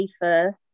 first